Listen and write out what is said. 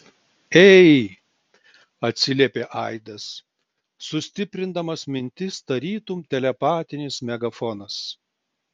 ei atsiliepė aidas sustiprindamas mintis tarytum telepatinis megafonas